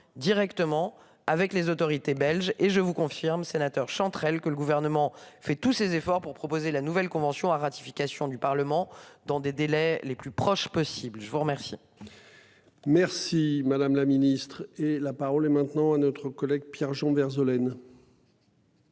directement avec les autorités belges et je vous confirme sénateur Chantrel, que le gouvernement fait tous ses efforts pour proposer la nouvelle convention à ratification du Parlement dans des délais les plus proches possibles. Je vous remercie. Merci madame la ministre et la parole est maintenant à notre collègue Pierre Jean Verzeaux laine.